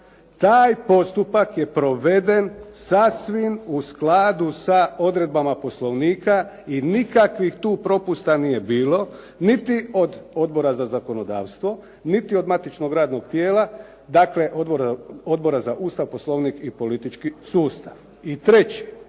Taj postupak je proveden sasvim u skladu sa odredbama Poslovnika i nikakvih tu propusta nije bilo niti od Odbora za zakonodavstvo, niti od matičnog radnog tijela, dakle Odbora za Ustav, Poslovnik i politički sustav. I treći,